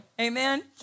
Amen